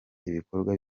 ibikorwa